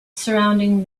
surrounding